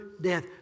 death